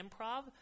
improv